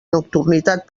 nocturnitat